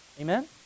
Amen